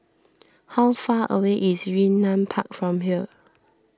how far away is Yunnan Park from here